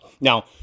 Now